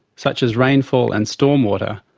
such as rainfall and stormwater,